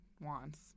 wants